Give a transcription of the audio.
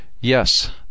yes